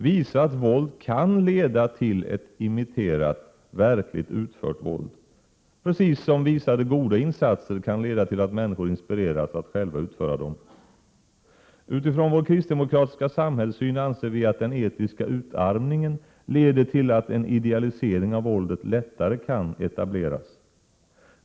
Visat våld kan leda till ett imiterat och verkligt utfört våld, precis som visade goda insatser kan leda till att människor inspireras att själva utföra dem. Utifrån vår kristdemokratiska samhällssyn anser vi att den etiska utarmningen leder till att en idealisering av våldet lättare kan etableras.